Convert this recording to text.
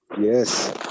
yes